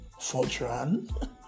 Fortran